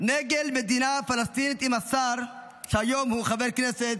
נגד מדינה פלסטינית עם השר שהיום הוא חבר כנסת,